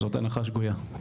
זאת הנחה שגויה.